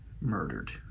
murdered